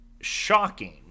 shocking